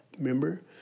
Remember